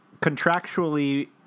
contractually